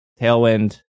Tailwind